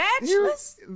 bachelor's